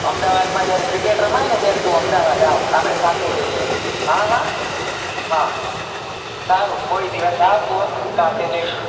અમદાવાદમાં ક્રિકેટ રમાયને ત્યારે તું અમદાવાદ આવ આપણે સાથે જઈએ હા હા હ સારું કોઈ દિવસ આવ તું તો આપણે જઈશું